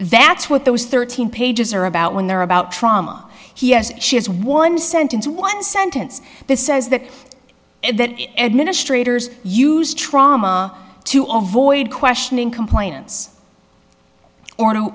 that's what those thirteen pages are about when they're about trama he has she has one sentence one sentence that says that administrators use trauma to ovoid question in compliance or